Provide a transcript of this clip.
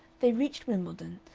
they reached wimbledon,